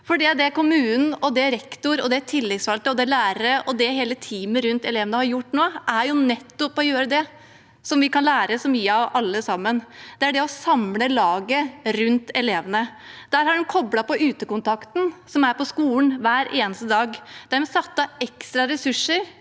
Det kommunen, rektor, tillitsvalgte, lærere og hele teamet rundt elevene har gjort nå, er nettopp det vi alle sammen kan lære så mye av, og det er å samle laget rundt elevene. Der har de koblet på Utekontakten, som er på skolen hver eneste dag. Der har de satt av ekstra ressurser